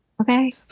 Okay